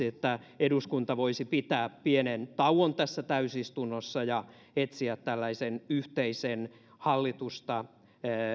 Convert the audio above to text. että eduskunta voisi pitää pienen tauon tässä täysistunnossa ja etsiä tällaisen yhteisen hallitusta